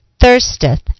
thirsteth